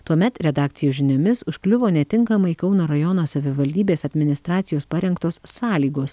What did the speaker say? tuomet redakcijos žiniomis užkliuvo netinkamai kauno rajono savivaldybės administracijos parengtos sąlygos